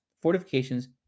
fortifications